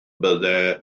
byddai